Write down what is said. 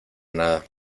nada